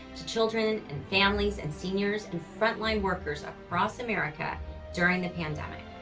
to children and families and seniors and frontline workers across america during the pandemic.